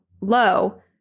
low